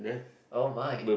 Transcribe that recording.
oh my